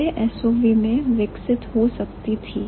वह SOV मैं विकसित हो सकती थी